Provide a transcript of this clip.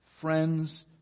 friends